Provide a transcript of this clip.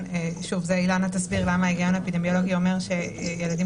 אילנה תסביר למה ההיגיון האפידמיולוגי אומר שילדים